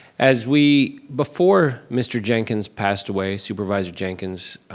as we, before mr. jenkins passed away, supervisor jenkins,